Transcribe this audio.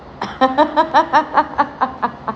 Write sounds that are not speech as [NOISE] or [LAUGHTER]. [LAUGHS]